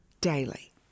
daily